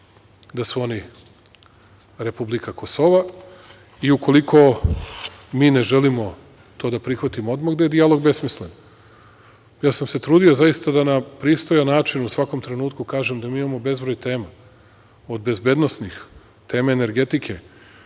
da su oni republika Kosova, i ukoliko mi ne želimo to da prihvatimo odmah da je dijalog besmislen. Ja sam se trudio zaista da na pristojan način u svakom trenutku kažem da mi imamo bezbroj tema, od bezbednosnih, teme energetike,